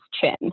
chin